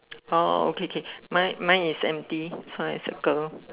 oh okay K mine mine is empty so I circle